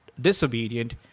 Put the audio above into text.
disobedient